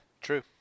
true